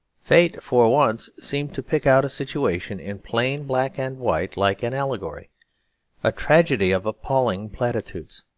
fate for once seemed to pick out a situation in plain black and white like an allegory a tragedy of appalling platitudes.